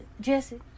Jesse